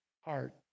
heart